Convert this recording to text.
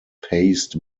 paced